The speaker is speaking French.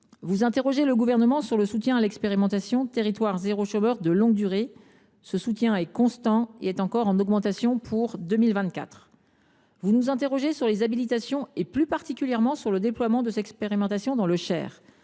Vous interrogez le Gouvernement sur son soutien à l’expérimentation « Territoire zéro chômeur de longue durée ». Cet appui est constant et encore en augmentation pour 2024. Vous nous interrogez sur les habilitations, plus particulièrement sur le déploiement des expérimentations dans le Cher.